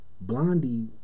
Blondie